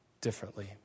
differently